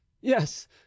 yes